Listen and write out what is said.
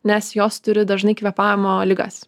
nes jos turi dažnai kvėpavimo ligas